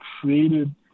created